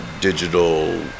digital